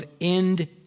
end